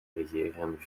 negeren